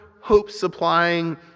hope-supplying